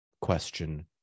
question